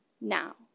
now